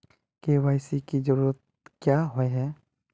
KYC की जरूरत क्याँ होय है?